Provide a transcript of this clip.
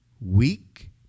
Weak